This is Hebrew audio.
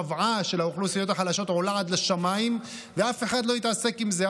שהשוועה של האוכלוסיות החלשות עולה עד לשמיים ואף אחד לא התעסק עם זה,